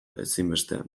ezinbestean